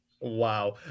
Wow